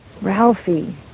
Ralphie